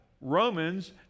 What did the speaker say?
Romans